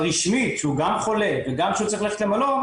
רשמית שהוא גם חולה וגם שהוא צריך ללכת למלון,